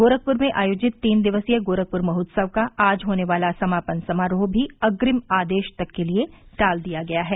गोरखपुर में आयोजित तीन दिवसीय गोरखपुर महोत्सव का आज होने वाला समापन समारोह भी अग्रिम आदेश तक के लिए टाल दिया गया है